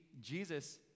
Jesus